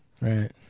Right